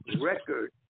record